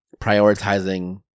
prioritizing